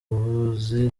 buvuzi